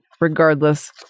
regardless